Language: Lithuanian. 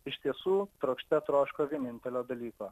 iš tiesų trokšte troško vienintelio dalyko